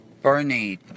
Bernie